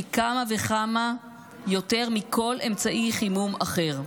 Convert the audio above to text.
פי כמה וכמה יותר מכל אמצעי חימום אחר.